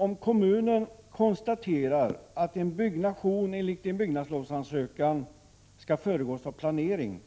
Om kommunen konstaterar att en byggnation enligt en byggnadslovansökan skall föregås av planering,